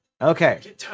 Okay